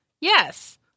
Yes